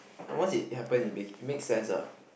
once it happen it be~ makes sense ah